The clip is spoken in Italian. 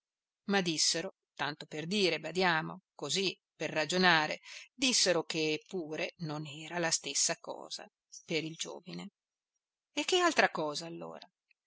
ma dissero tanto per dire badiamo così per ragionare dissero che pure non era la stessa cosa per il giovine e che altra cosa allora